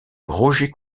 roger